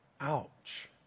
Ouch